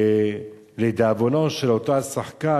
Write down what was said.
ולדאבונו של אותו השחקן,